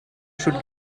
should